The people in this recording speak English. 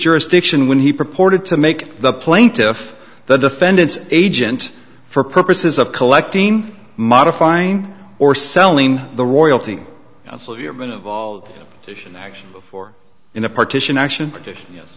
jurisdiction when he purported to make the plaintiff the defendant's agent for purposes of collecting modifying or selling the royalty of you have been involved in titian action before in a partition action petition yes